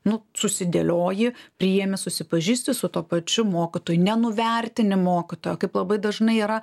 nu susidėlioji priėmęs susipažįsti su tuo pačiu mokytoju nenuvertini mokytojo kaip labai dažnai yra